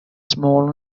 small